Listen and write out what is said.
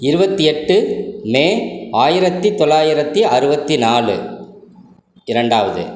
இருபத்தி எட்டு மே ஆயிரத்தி தொள்ளாயிரத்தி அறுபத்தி நாலு இரண்டாவது